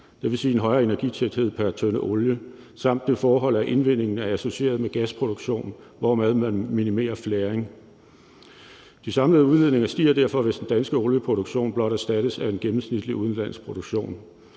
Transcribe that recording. dvs. den højere energitæthed pr. tønde olie, dels det forhold, at indvindingen er associeret med gasproduktionen, hvorved man minimerer flaring. De samlede udledninger stiger derfor, hvis den danske olieproduktion blot erstattes af en gennemsnitlig udenlandsk produktion.